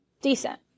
Decent